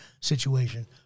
situation